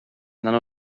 none